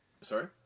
Sorry